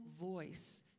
voice